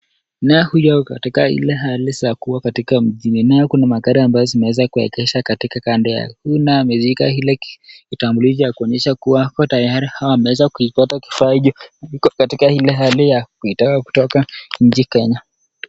Naye huyu ako katika ile hali za kuwa katika mjini, nayo kuna magari ambayo zimeweza kuegesha katika kando yake huyu naye ameshilka kitambulisho kuonyesha kuwa tayari au ameweza kuipata kifaa hicho katika ile hali ya kuitaka kutoka mji Kenya.